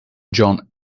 john